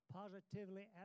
positively